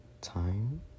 time